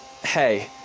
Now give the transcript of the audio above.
hey